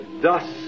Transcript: thus